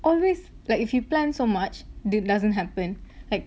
always like if you plan so much it doesn't happen